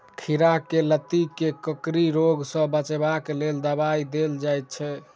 खीरा केँ लाती केँ कोकरी रोग सऽ बचाब केँ लेल केँ दवाई देल जाय छैय?